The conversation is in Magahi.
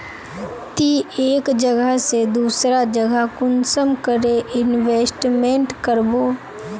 ती एक जगह से दूसरा जगह कुंसम करे इन्वेस्टमेंट करबो?